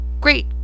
great